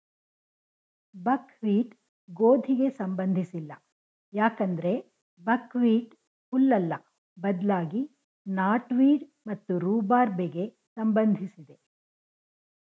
ಬಕ್ wheat ಗೋಧಿಗೆ ಸಂಬಂಧಿಸಿಲ್ಲ ಯಾಕಂದ್ರೆ ಬಕ್ಹ್ವೀಟ್ ಹುಲ್ಲಲ್ಲ ಬದ್ಲಾಗಿ ನಾಟ್ವೀಡ್ ಮತ್ತು ರೂಬಾರ್ಬೆಗೆ ಸಂಬಂಧಿಸಿದೆ